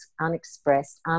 unexpressed